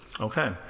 okay